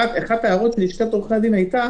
אחת ההערות של לשכת עורכי הדין הייתה